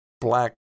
black